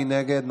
מי נגד?